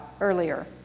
earlier